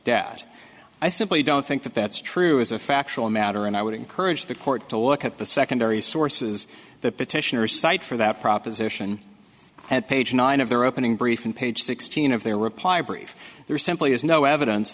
debt i simply don't think that that's true as a factual matter and i would encourage the court to look at the secondary sources that petitioners cite for that proposition at page nine of their opening brief in page sixteen of their reply brief there simply is no evidence